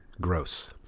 gross